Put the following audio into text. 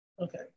Okay